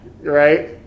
right